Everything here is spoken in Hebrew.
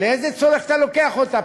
לאיזה צורך אתה לוקח אותה,